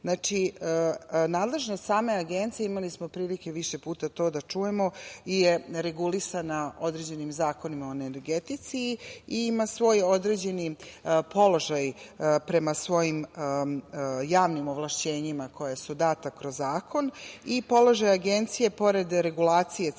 izazovima. Nadležnost same Agencije, imali smo prilike više puta to da čujemo, je regulisana određenim zakonima o energetici i ima svoj određeni položaj prema svojim javnim ovlašćenjima koja su data kroz zakon i položaj Agencije, pored regulacije cena